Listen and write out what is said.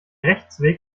rechtsweg